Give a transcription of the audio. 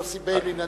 יוסי ביילין,